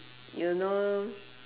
you know